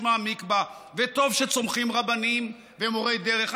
מעמיק בה וטוב שצומחים רבנים ומורי דרך.